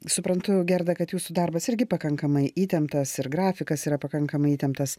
suprantu gerda kad jūsų darbas irgi pakankamai įtemptas ir grafikas yra pakankamai įtemptas